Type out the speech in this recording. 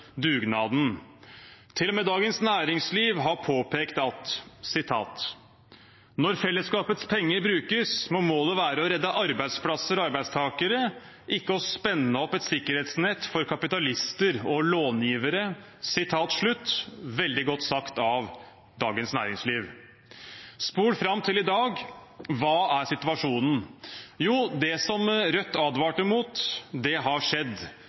dugnaden. Til og med Dagens Næringsliv har påpekt: «Når fellesskapets penger brukes, må målet være å redde arbeidsplasser og arbeidstagere, ikke å spenne opp et sikkerhetsnett for kapitalister og långivere.» Det er veldig godt sagt av Dagens Næringsliv. Spol fram til i dag – hva er situasjonen? Jo, det som Rødt advarte mot, har skjedd.